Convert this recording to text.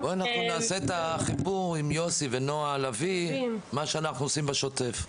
אנחנו נעשה את החיבור עם יוסי ונועה לביא מה שאנחנו עושים בשוטף.